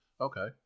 Okay